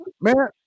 Man